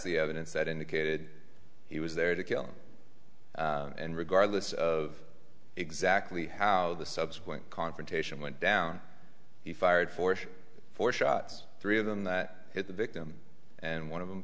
the evidence that indicated he was there to kill and regardless of exactly how the subsequent confrontation went down he fired four four shots three of them that hit the victim and one of